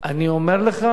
אני אומר לך,